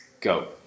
Go